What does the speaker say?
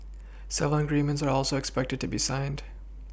several agreements are also expected to be signed